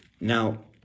Now